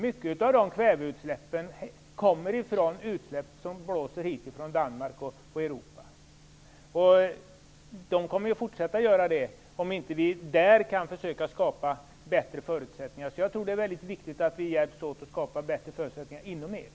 Mycket av de kväveutsläppen blåser hit från Danmark och Europa. De kommer att fortsätta att göra det om vi inte där kan försöka att skapa bättre förutsättningar. Jag tror att det är viktigt att vi hjälps åt att skapa bättre förutsättningar inom EU.